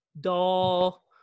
doll